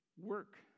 work